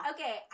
Okay